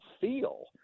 feel